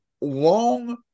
long